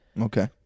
okay